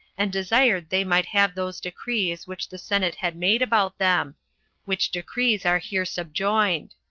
and desired they might have those decrees which the senate had made about them which decrees are here subjoined.